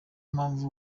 mpamvu